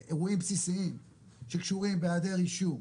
ישנם פה אירועים בסיסיים שקשורים בהיעדר אישור,